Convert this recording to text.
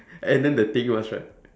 and then the thing was right